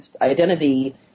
identity